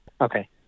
okay